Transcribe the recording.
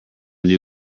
new